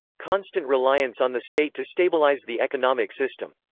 constant reliance on the state to stabilise the economic system.